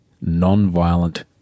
non-violent